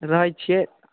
रहैत छियै